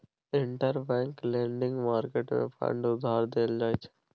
interbank lending market मे fund उधार देल जाइ छै